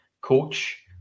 coach